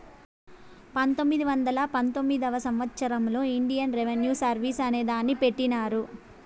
పంతొమ్మిది వందల పంతొమ్మిదివ సంవచ్చరంలో ఇండియన్ రెవిన్యూ సర్వీస్ అనే దాన్ని పెట్టినారు